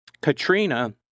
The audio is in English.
Katrina